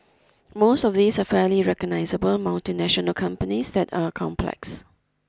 most of these are fairly recognisable multinational companies that are complex